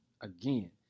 again